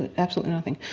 and absolutely nothing.